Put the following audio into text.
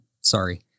Sorry